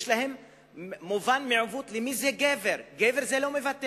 יש להם מובן מעוות של מי זה גבר: גבר הוא לא מוותר,